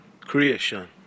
Creation